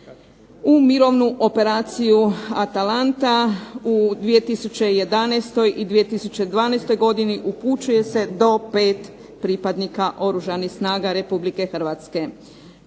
U mirovnu operaciju "ATALANTA" u 2011. i 2012. godini upućuje se do 5 pripadnika Oružanih snaga Republike Hrvatske, dakle